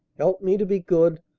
help me to be good,